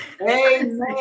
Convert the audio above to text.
Amen